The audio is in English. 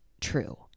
true